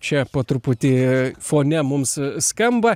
čia po truputį fone mums skamba